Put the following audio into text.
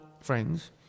friends